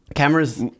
Cameras